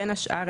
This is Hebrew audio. בין השאר,